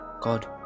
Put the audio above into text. god